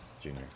Junior